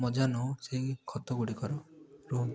ମଜା ନେଉ ସେହି ଖତ ଗୁଡ଼ିକର ରହୁଛୁ